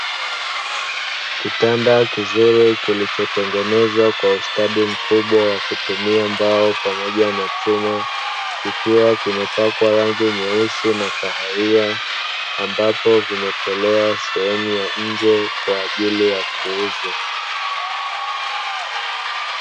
Kitanda kizuri kilichotengenezwa kwa ustadi mkubwa wa kutumia mbao, pamoja na chuma kikiwa kimepakwa rangi nyeusi na kahawia ambapo vimetolewa sehemu ya nje kwa ajili ya kuuzwa.